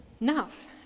enough